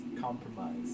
compromise